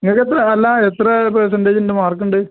നിങ്ങൾക്ക് എത്രയാണ് അല്ല എത്ര പെർസൻറേജ് ഉണ്ട് മാർക്ക് ഉണ്ട്